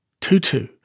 Tutu